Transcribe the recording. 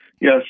Yes